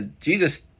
Jesus